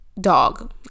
dog